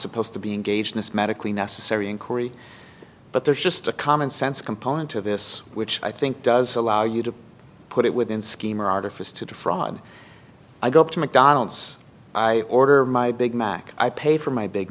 supposed to be engaged in this medically necessary inquiry but there's just a common sense component to this which i think does allow you to put it within scheme or artifice to defraud i go up to mcdonald's i order my big mac i pay for my big